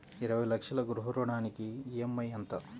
ఇరవై లక్షల గృహ రుణానికి ఈ.ఎం.ఐ ఎంత?